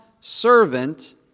servant